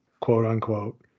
quote-unquote